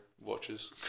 watches